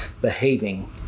behaving